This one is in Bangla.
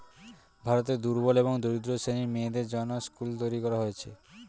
ভারতে দুর্বল এবং দরিদ্র শ্রেণীর মেয়েদের জন্যে স্কুল তৈরী করা হয়েছে